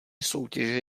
soutěže